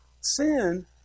sin